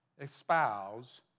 espouse